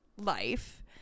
life